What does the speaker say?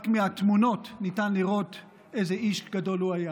רק מהתמונות ניתן לראות איזה איש גדול הוא היה.